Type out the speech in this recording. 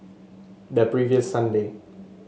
the previous Sunday